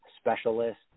specialist